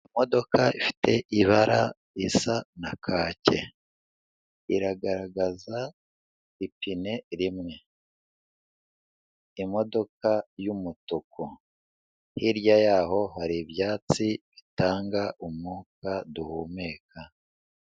Imodoka ifite ibara risa na kake, iragaragaza ipine rimwe, imodoka y'umutuku, hirya yaho hari ibyatsi bitanga umwuka duhumeka.